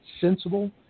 sensible